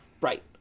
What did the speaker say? Right